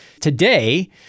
Today